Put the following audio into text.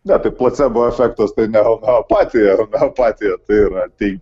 ne tai placebo efektas tai ne homeopatija apatija tai yra tai